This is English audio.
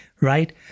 right